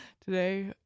Today